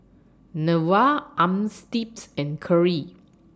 Neva Armstead's and Keri